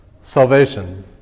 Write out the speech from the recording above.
Salvation